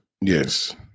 Yes